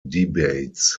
debates